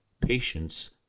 patience